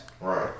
Right